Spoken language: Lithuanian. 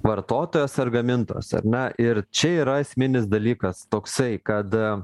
vartotojas ar gamintojas ar ne ir čia yra esminis dalykas toksai kad a